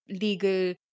legal